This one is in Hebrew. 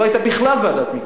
לא היתה בכלל ועדת מקצוע.